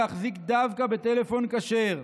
להחזיק דווקא בטלפון כשר,